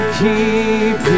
keep